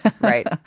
right